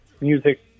music